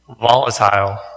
volatile